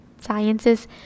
Sciences